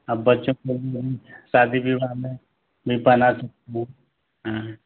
आप बच्चों को शादी विवाह में भी पहना सकते हैं